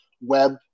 web